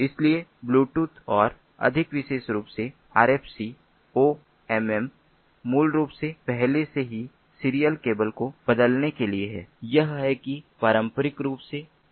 इसलिए ब्लूटूथ और अधिक विशेष रूप से आरएफसीओएमएम मूल रूप से पहले से ही सीरियल केबल को बदलने के लिए है यह है कि पारंपरिक रूप से इस्तेमाल किया जाना है